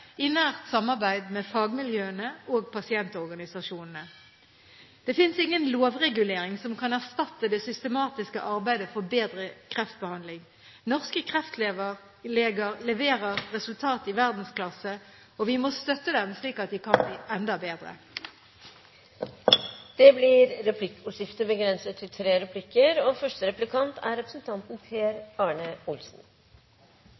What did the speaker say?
i nært samarbeid med fagmiljøene og pasientorganisasjonene. Det finnes ingen lovregulering som kan erstatte det systematiske arbeidet for bedre kreftbehandling. Norske kreftleger leverer resultater i verdensklasse, og vi må støtte dem slik at de kan bli enda bedre. Det blir replikkordskifte. Vi har forstått såpass nå at juridiske rettigheter til pasienten er